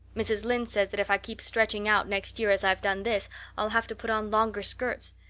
mrs. lynde says that if i keep stretching out next year as i've done this i'll have to put on longer skirts.